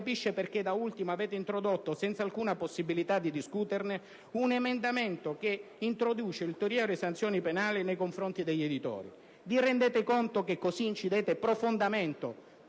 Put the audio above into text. capisce perché da ultimo avete introdotto, senza alcuna possibilità di discuterne, un emendamento che introduce ulteriori sanzioni penali nei confronti degli editori. Vi rendete conto che così incidete profondamente